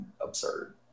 absurd